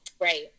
right